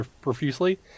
profusely